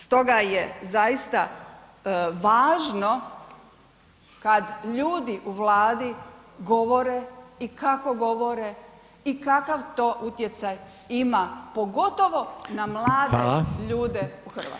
Stoga je zaista važno kad ljudi u Vladi govore i kako govore i kakav to utjecaj ima pogotovo na mlade ljude [[Upadica: Hvala.]] u Hrvatskoj.